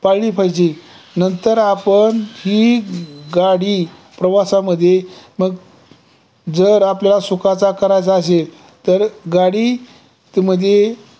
पाळली पाहिजे नंतर आपण ही गाडी प्रवासामध्ये मग जर आपल्याला सुखाचा करायचा असेल तर गाडीमध्ये